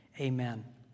Amen